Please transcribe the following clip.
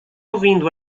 ouvindo